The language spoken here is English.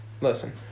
Listen